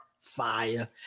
fire